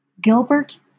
Gilbert